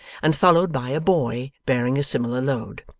and followed by a boy bearing a similar load.